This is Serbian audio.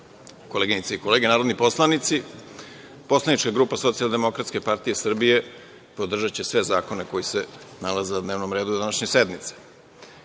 koleginice i kolege narodni poslanici, poslanička grupa Socijaldemokratske partije Srbije, podržaće sve zakone koji se nalaze na dnevnom redu današnje sednice. Moj